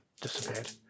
disappeared